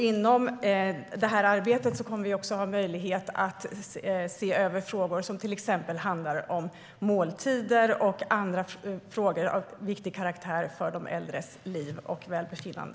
Inom det arbetet kommer vi också att ha möjlighet att se över frågor som till exempel handlar om måltider och andra frågor av viktig karaktär för de äldres liv och välbefinnande.